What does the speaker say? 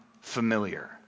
familiar